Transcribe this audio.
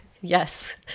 Yes